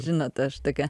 žinot aš tokia